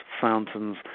fountains